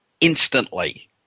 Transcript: instantly